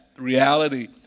reality